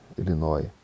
Illinois